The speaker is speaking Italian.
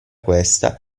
questa